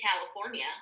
California